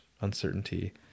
uncertainty